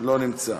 לא נמצא,